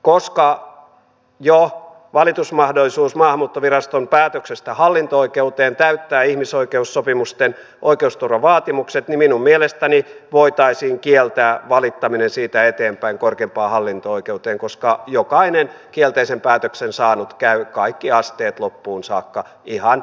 koska jo valitusmahdollisuus maahanmuuttoviraston päätöksestä hallinto oikeuteen täyttää ihmisoikeussopimusten oikeusturvavaatimukset minun mielestäni voitaisiin kieltää valittaminen siitä eteenpäin korkeimpaan hallinto oikeuteen koska jokainen kielteisen päätöksen saanut käy kaikki asteet loppuun saakka ihan viivyttämisenkin vuoksi